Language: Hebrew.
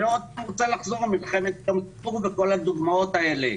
אני לא רוצה עוד פעם לחזור למלחמת יום כיפור וכל הדוגמאות האלה.